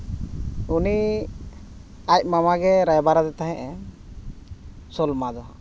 ᱩᱱᱤ ᱟᱡ ᱢᱟᱢᱟ ᱜᱮ ᱨᱟᱭᱵᱟᱨᱟᱫᱮ ᱛᱟᱦᱮᱸᱫ ᱥᱚᱞᱢᱟ ᱫᱚ